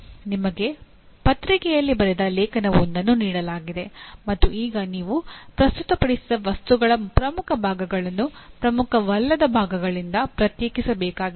ನಿಮಗೆ ಪತ್ರಿಕೆಯಲ್ಲಿ ಬರೆದ ಲೇಖನವೊಂದನ್ನು ನೀಡಲಾಗಿದೆ ಮತ್ತು ಈಗ ನೀವು ಪ್ರಸ್ತುತಪಡಿಸಿದ ವಸ್ತುಗಳ ಪ್ರಮುಖ ಭಾಗಗಳನ್ನು ಪ್ರಮುಖವಲ್ಲದ ಭಾಗಗಳಿಂದ ಪ್ರತ್ಯೇಕಿಸಬೇಕಾಗಿದೆ